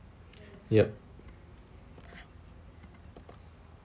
yup